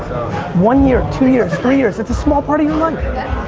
one year, two years, three years it's a small part of your life